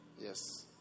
yes